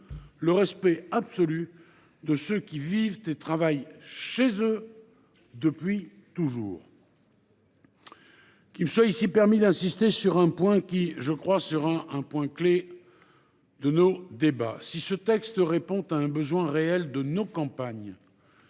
le respect absolu de ceux qui vivent et travaillent chez eux depuis toujours. Qu’il me soit permis d’insister ici sur un élément qui, je le crois, sera un point clé lors de nos débats : si ce texte répond à un besoin réel de nos campagnes,